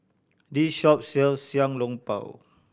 this shop sells Xiao Long Bao